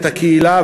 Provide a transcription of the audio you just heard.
את הקהילה,